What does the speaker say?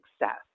success